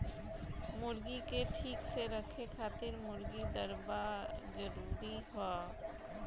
मुर्गीन के ठीक से रखे खातिर मुर्गी दरबा जरूरी हअ